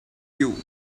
you